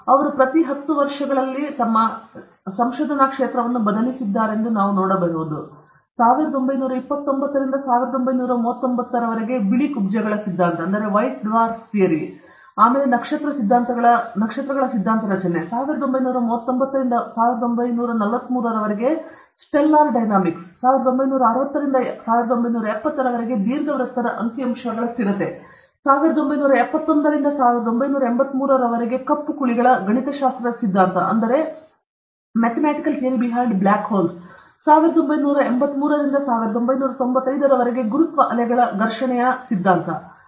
ಅವರು ಪ್ರತಿ ಹತ್ತು ವರ್ಷಗಳು ಕ್ಷೇತ್ರವನ್ನು ಬದಲಿಸಿದ್ದಾರೆಂದು ನಾವು ನೋಡಬಹುದು 1929 ರಿಂದ 1939 ರವರೆಗೆ ಬಿಳಿ ಕುಬ್ಜಗಳ ಸಿದ್ಧಾಂತ ನಕ್ಷತ್ರಗಳ ಸಿದ್ಧಾಂತ ರಚನೆ 1939 ರಿಂದ 1943 ರವರೆಗೆ ಸ್ಟೆಲ್ಲಾರ್ ಡೈನಾಮಿಕ್ಸ್ 1960 ರಿಂದ 1970 ರವರೆಗೆ ದೀರ್ಘವೃತ್ತದ ಅಂಕಿಅಂಶಗಳ ಸ್ಥಿರತೆ 1971 ರಿಂದ 1983 ರವರೆಗೆ ಕಪ್ಪು ಕುಳಿಗಳ ಗಣಿತಶಾಸ್ತ್ರದ ಸಿದ್ಧಾಂತ ಮತ್ತು 1983 ರಿಂದ 1995 ರವರೆಗೆ ಗುರುತ್ವ ಅಲೆಗಳ ಘರ್ಷಣೆಯ ಥಿಯರಿ